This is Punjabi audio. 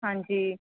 ਹਾਂਜੀ